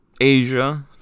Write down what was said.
asia